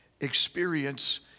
experience